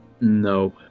No